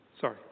Sorry